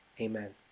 Amen